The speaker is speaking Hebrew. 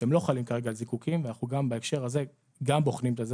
שהם לא חלים כרגע על זיקוקין ואנחנו בהקשר הזה גם בוחנים את זה.